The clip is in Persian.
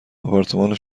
آپارتمان